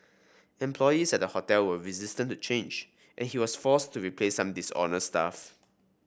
employees at the hotel were resistant to change and he was forced to replace some dishonest staff